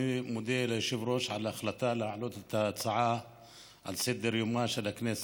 אני מודה ליושב-ראש על ההחלטה להעלות את ההצעה על סדר-יומה של הכנסת.